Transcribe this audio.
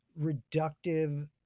reductive